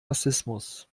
rassismus